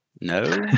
No